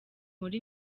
nkora